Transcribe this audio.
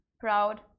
proud